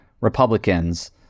Republicans